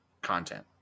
content